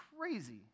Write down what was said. crazy